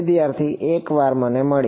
વિદ્યાર્થી એકવાર મને મળી